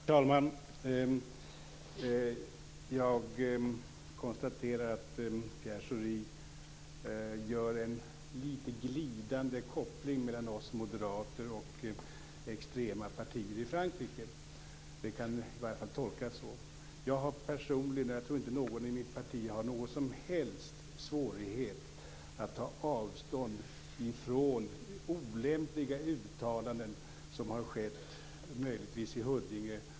Herr talman! Jag konstaterar att Pierre Schori gör en litet glidande koppling mellan oss moderater och extrema partier i Frankrike. Det han sade kan i varje fall tolkas så. Jag har personligen inte, och jag tror inte heller att någon i mitt parti har, någon som helst svårighet att ta avstånd från olämpliga uttalanden som möjligtvis har skett i Huddinge.